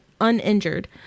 uninjured